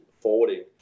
forwarding